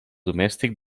domèstic